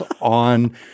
on